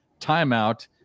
timeout